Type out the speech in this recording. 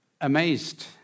amazed